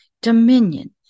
dominion